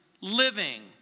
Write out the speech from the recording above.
living